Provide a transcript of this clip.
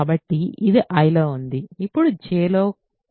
కాబట్టి ఇది I లో ఉంది ఇది J లో ఉంది